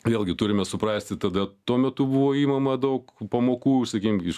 vėlgi turime suprasti tada tuo metu buvo imama daug pamokų sakykim iš